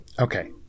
Okay